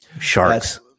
sharks